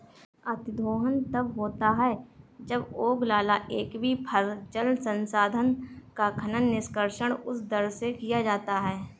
अतिदोहन तब होता है जब ओगलाला एक्वीफर, जल संसाधन का खनन, निष्कर्षण उस दर से किया जाता है